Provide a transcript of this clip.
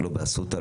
לא באסותא,